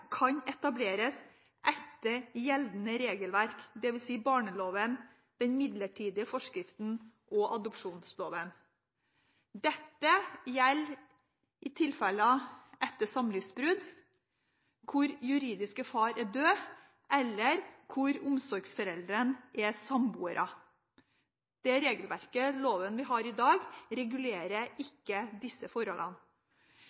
kan etableres etter gjeldende regelverk, dvs. barneloven, den midlertidige forskriften og adopsjonsloven. Dette gjelder tilfeller etter samlivsbrudd, hvor juridisk far er død, eller hvor omsorgsforeldre er samboere. Det regelverket og den loven vi har i dag, regulerer